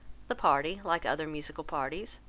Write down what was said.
the party, like other musical parties,